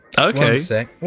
Okay